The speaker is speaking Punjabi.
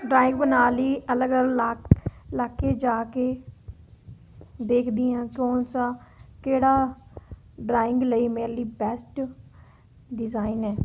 ਡਰਾਇੰਗ ਬਣਾਉਣ ਲਈ ਅਲੱਗ ਅਲੱਗ ਇਲਾ ਇਲਾਕੇ ਜਾ ਕੇ ਦੇਖਦੀ ਹਾਂ ਕੌਣ ਸਾ ਕਿਹੜਾ ਡਰਾਇੰਗ ਲਈ ਮੇਰੇ ਲਈ ਬੈਸਟ ਡਿਜ਼ਾਇਨ ਹੈ